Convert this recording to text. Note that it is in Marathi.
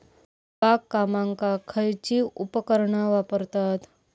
बागकामाक खयची उपकरणा वापरतत?